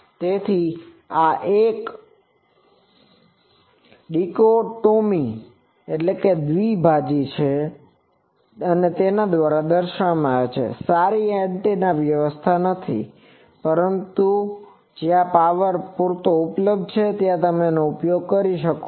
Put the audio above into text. તેથી આ એક ડિકોટોમીdichotomyદ્વીભાજી છે જે દર્શાવે છે કે તે સારી એન્ટેના નથી પરંતુ જ્યાં પાવર પૂરતો ઉપલબ્ધ છે ત્યાં તમે તેનો ઉપયોગ એન્ટેના તરીકે કરી શકો છો